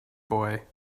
boy